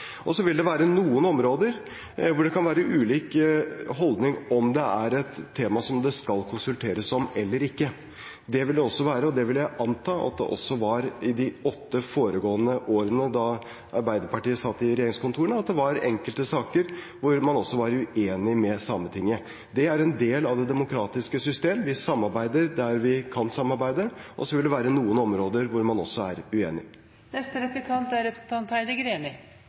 vil være noen områder der det kan være ulik holdning til om det er et tema som det skal konsulteres om eller ikke. Jeg vil anta at det også i de åtte foregående årene, da Arbeiderpartiet satt i regjeringskontorene, var enkelte saker hvor man var uenig med Sametinget. Det er en del av det demokratiske systemet – vi samarbeider der vi kan samarbeide, og så vil det være noen områder hvor man er uenig. I meldingen heter det at regjeringen er